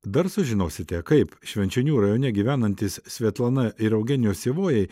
dar sužinosite kaip švenčionių rajone gyvenantys svetlana ir eugenijus ivojai